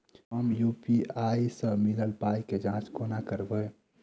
हम यु.पी.आई सअ मिलल पाई केँ जाँच केना करबै?